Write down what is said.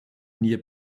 near